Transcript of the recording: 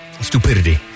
stupidity